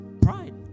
Pride